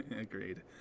Agreed